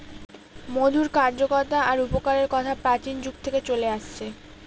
মধুর কার্যকতা আর উপকারের কথা প্রাচীন যুগ থেকে চলে আসছে